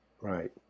Right